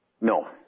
No